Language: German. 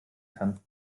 kann